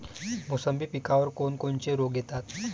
मोसंबी पिकावर कोन कोनचे रोग येतात?